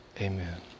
Amen